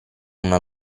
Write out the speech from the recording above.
una